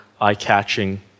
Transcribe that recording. eye-catching